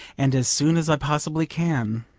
and as soon as i possibly can.